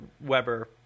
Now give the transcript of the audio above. Weber